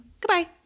Goodbye